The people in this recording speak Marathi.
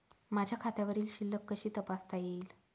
माझ्या खात्यावरील शिल्लक कशी तपासता येईल?